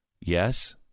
Yes